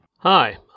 Hi